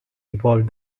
evolved